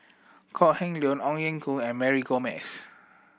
Kok Heng Leun Ong Ye Kung and Mary Gomes